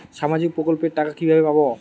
সামাজিক প্রকল্পের টাকা কিভাবে পাব?